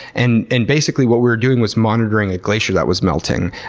and and basically what we were doing was monitoring a glacier that was melting.